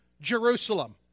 Jerusalem